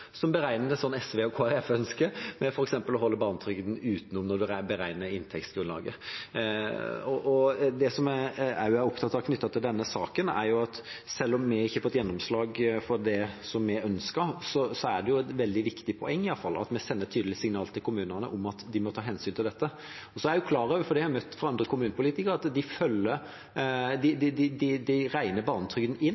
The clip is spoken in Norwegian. som beregner det sånn SV og Kristelig Folkeparti ønsker, ved f.eks. å holde barnetrygden utenom når en beregner inntektsgrunnlaget. Det jeg også er opptatt av knyttet til denne saken, er at selv om vi ikke har fått gjennomslag for det vi ønsket, er det i alle fall et veldig viktig poeng at vi sender et tydelig signal til kommunene om at de må ta hensyn til dette. Jeg er også klar over, ut fra det har jeg hørt fra andre kommunepolitikere, at de regner barnetrygden inn, men øker sosialhjelpssatsen, sånn at de regner den inn